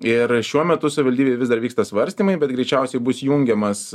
ir šiuo metu savivaldybėj vis dar vyksta svarstymai bet greičiausiai bus jungiamas